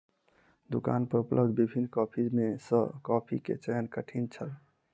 दुकान पर उपलब्ध विभिन्न कॉफ़ी में सॅ कॉफ़ी के चयन कठिन छल